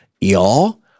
y'all